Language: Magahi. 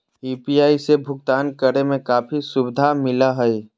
यू.पी.आई से भुकतान करे में काफी सुबधा मिलैय हइ